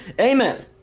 Amen